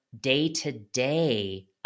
day-to-day